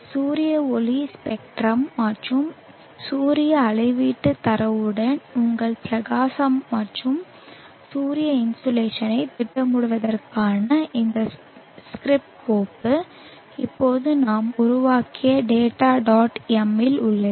சூரிய ஒளி ஸ்பெக்ட்ரம் மற்றும் சூரிய அளவீட்டுத் தரவுடன் உங்கள் பிரகாசம் மற்றும் சூரிய இன்சோலேஷனைத் திட்டமிடுவதற்கான இந்த ஸ்கிரிப்ட் கோப்பு இப்போது நாம் உருவாக்கிய data dot m இல் உள்ளது